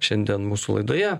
šiandien mūsų laidoje